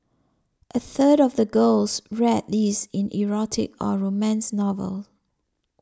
a third of the girls read these in erotic or romance novels